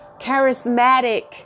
charismatic